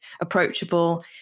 approachable